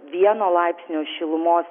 vieno laipsnio šilumos